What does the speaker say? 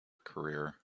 career